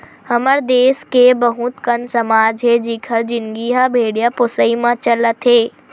हमर देस के बहुत कन समाज हे जिखर जिनगी ह भेड़िया पोसई म चलत हे